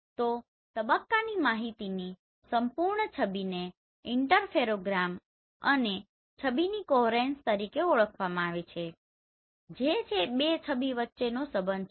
તો તબક્કાની માહિતીની સંપૂર્ણ છબીને ઇંટરફેરોગ્રામ અને છબીની કોહેરેન્સ તરીકે ઓળખવામાં આવે છે જે બે છબીઓ વચ્ચેનો સંબંધ છે